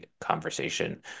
conversation